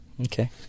Okay